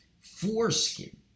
foreskin